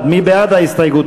משרד האוצר (משרד האוצר,